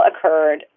occurred